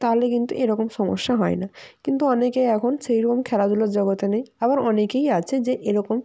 তাহলে কিন্তু এরকম সমস্যা হয় না কিন্তু অনেকে এখন সেই রকম খেলাধুলোর জগতে নেই আবার অনেকেই আছে যে এরকম